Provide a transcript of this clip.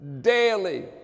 daily